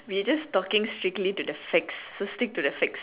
we are just talking strictly to the facts so stick to the facts